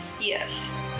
Yes